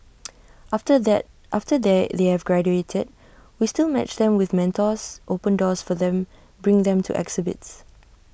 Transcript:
after that after they they have graduated we still match them with mentors open doors for them bring them to exhibits